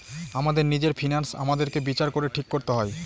আমাদের নিজের ফিন্যান্স আমাদেরকে বিচার করে ঠিক করতে হয়